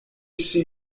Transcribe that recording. see